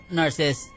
nurses